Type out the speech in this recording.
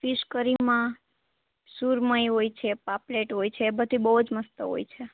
fish કરીમાં સુરમઈ હોય છે પાપલેટ હોય છે એ બધી બહુ જ મસ્ત હોય છે